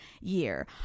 year